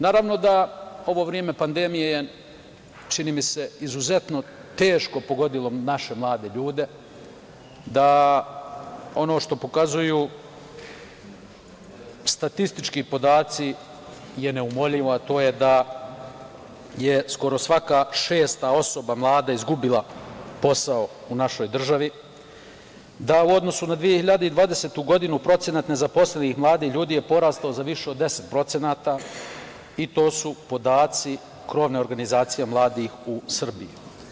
Naravno da ovo vreme pandemije je čini mi se izuzetno teško pogodilo naše mlade ljude, da ono što pokazuju statistički podaci je neumoljivo, a to je da je skoro svaka šesta osoba mlada izgubila posao u našoj državi, da u odnosu na 2020. godinu procenat nezaposlenih mladih ljudi je porastao za više od deset procenata i to su podaci Krovne organizacije mladih u Srbiji.